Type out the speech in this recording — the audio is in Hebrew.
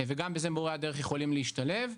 וגם בזה מורי הדרך יכולים להשתלב.